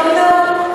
אתה אומר,